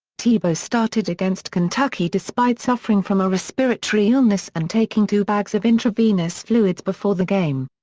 tebow started against kentucky despite suffering from a respiratory illness and taking two bags of intravenous fluids before the game.